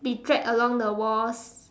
be dragged along the walls